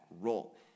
role